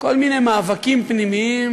כל מיני מאבקים פנימיים,